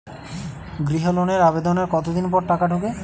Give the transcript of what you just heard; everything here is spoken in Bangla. গৃহ লোনের আবেদনের কতদিন পর টাকা ঢোকে?